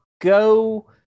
go